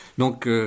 Donc